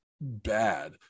bad